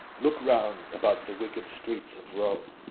look round about the wicked streets of rome,